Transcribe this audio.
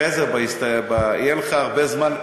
אחרי זה יהיה לך הרבה זמן,